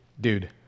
Dude